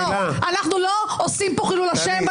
אנחנו לא עושים פה חילול השם,